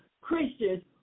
Christians